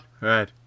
right